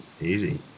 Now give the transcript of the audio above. Easy